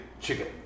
chicken